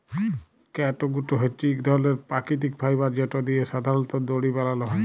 catgut হছে ইক ধরলের পাকিতিক ফাইবার যেট দিঁয়ে সাধারলত দড়ি বালাল হ্যয়